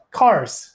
cars